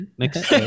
next